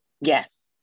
Yes